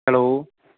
hello